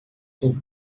sem